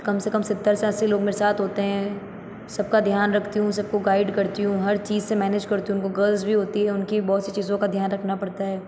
कम से कम सत्तर से अस्सी लोग मेरे साथ होते हैं सबका ध्यान रखती हूँ सबको गाइड करती हूँ हर चीज़ से मैनेज करती हूँ उनको गर्ल्स भी होती है उनकी बहुत सी चीज़ों का ध्यान रखना पड़ता है